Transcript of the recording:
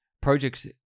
projects